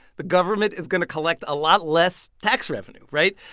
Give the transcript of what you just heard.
the government is going to collect a lot less tax revenue. right?